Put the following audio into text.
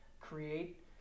create